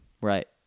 Right